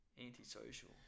Antisocial